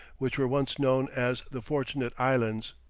which were once known as the fortunate islands.